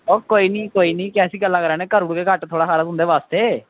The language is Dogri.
ओह् कोई निं कोई निं कैसी गल्लां करा नै करी ओड़गे थोह्ड़ा घट्ट तुंदे बास्तै